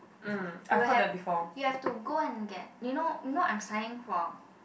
you will have you have to go and get you know you know I'm studying for